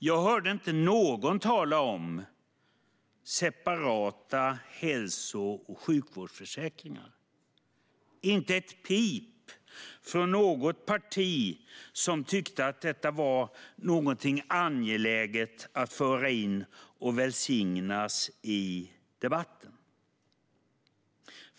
Jag hörde inte någon tala om separata hälso och sjukvårdsförsäkringar - inte ett pip från något parti som tyckte att detta var någonting angeläget att föra in och välsigna i debatten.